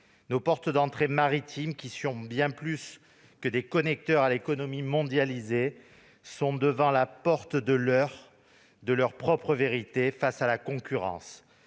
Nos portes d'entrée maritimes, qui sont bien plus que des connecteurs à l'économie mondialisée, sont devant la porte de leur propre vérité face à la concurrence